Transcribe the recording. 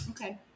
Okay